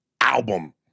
album